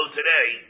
today